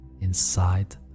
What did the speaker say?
inside